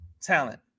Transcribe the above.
talent